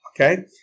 okay